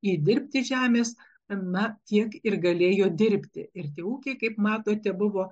įdirbti žemės na tiek ir galėjo dirbti ir tie ūkiai kaip matote buvo